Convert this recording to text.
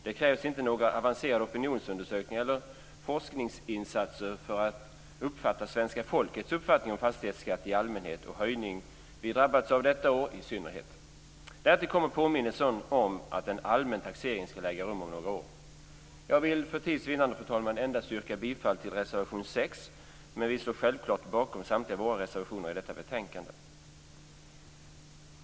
Det krävs inte några avancerade opinionsundersökningar eller forskningsinsatser för att förstå svenska folkets uppfattning om fastighetskatt i allmänhet och höjningen vi har drabbats av för detta år i synnerhet. Därtill kommer påminnelsen om att en allmän taxering ska äga rum om några år. Fru talman! Jag vill för tids vinnande yrka bifall endast till reservation nr 6, men vi står självklart bakom samtliga våra reservationer i detta betänkande.